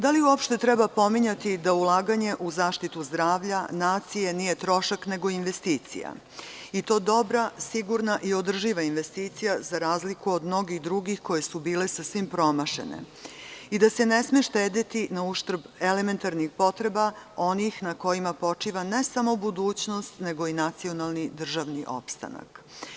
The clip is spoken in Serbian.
Da li uopšte treba pominjati da ulaganje u zaštitu zdravlja nacije nije trošak nego investicija i to dobra, sigurna i održiva investicija, za razliku od mnogih drugih, koje su bile sasvim promašene i da se ne sme štedeti na uštrb elementarnih potreba onih na kojima počiva ne samo budućnost, nego i nacionalni državni opstanak.